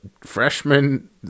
Freshman